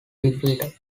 defeated